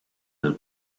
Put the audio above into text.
del